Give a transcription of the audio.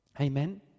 Amen